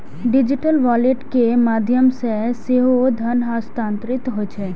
digital wallet के माध्यम सं सेहो धन हस्तांतरित होइ छै